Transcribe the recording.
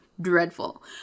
dreadful